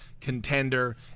contender